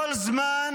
בכל זמן